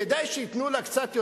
כדאי שייתנו לה קצת יותר,